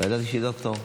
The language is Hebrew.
לא ידעתי שהיא דוקטור.